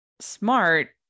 smart